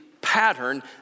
pattern